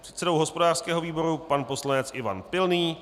předsedou hospodářského výboru pan poslanec Ivan Pilný,